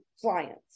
clients